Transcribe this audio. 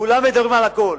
כולם מדברים על הכול